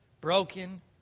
broken